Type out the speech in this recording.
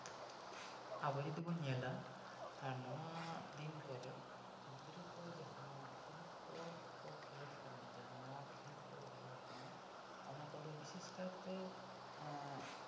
ᱟᱵᱚ ᱡᱩᱫᱤ ᱵᱚᱱ ᱧᱮᱞᱟ ᱱᱚᱣᱟ ᱫᱤᱱ ᱠᱚᱨᱮ ᱜᱤᱫᱽᱨᱟᱹ ᱠᱚ ᱡᱟᱦᱟᱸ ᱠᱷᱮᱞᱳᱰ ᱠᱚᱠᱚ ᱠᱷᱮᱞᱳᱰ ᱠᱟᱱᱟ ᱡᱟᱦᱟᱸ ᱱᱟᱣᱟ ᱠᱷᱮᱞᱳᱰ ᱠᱚ ᱠᱷᱮᱞᱳᱰ ᱠᱟᱱᱟ ᱚᱱᱟ ᱠᱚᱫᱚ ᱵᱤᱥᱮᱥᱠᱟᱨᱛᱮ